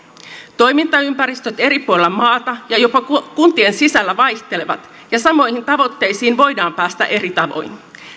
toimintaympäristöt eri puolilla maata ja jopa kuntien sisällä vaihtelevat ja samoihin tavoitteisiin voidaan päästä eri tavoin